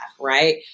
right